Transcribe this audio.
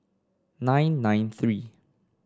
nine nine three